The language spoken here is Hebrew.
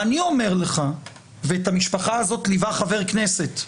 ואת המשפחה הזאת ליווה חבר כנסת,